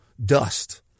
dust